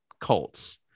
cults